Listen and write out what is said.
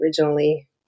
originally